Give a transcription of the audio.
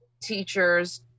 teachers